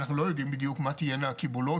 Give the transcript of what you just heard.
אנחנו לא יודעים בדיוק מה תהיינה הקיבולות